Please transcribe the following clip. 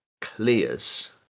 clears